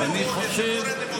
כי אין לנו אמון בממשלה הזאת.